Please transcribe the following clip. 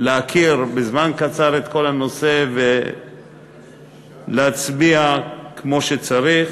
להכיר בזמן קצר את כל הנושא ולהצביע כמו שצריך.